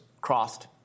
crossed